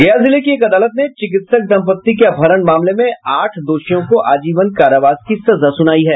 गया जिले की एक अदालत ने चिकित्सक दंपति के अपहरण मामले में आठ दोषियों को आजीवन कारावास की सजा सुनाई है